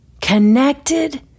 connected